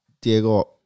Diego